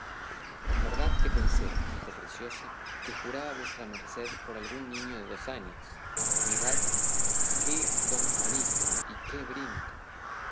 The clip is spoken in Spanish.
en verdad que pensé dijo preciosa que juraba vuestra merced por algún niño de dos años mirad qué don juanico y qué brinco